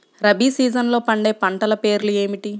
రబీ సీజన్లో పండే పంటల పేర్లు ఏమిటి?